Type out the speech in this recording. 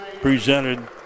presented